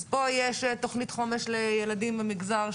אז פה יש תכנית חומש לילדים במגזר,